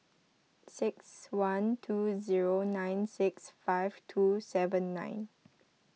six one two zero nine six five two seven nine